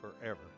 forever